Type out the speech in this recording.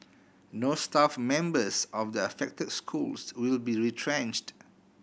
no staff members of the affected schools will be retrenched